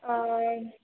ಹಾಂ